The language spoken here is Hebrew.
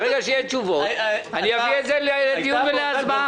ברגע שיהיו תשובות, אני אביא את זה לדיון ולהצבעה.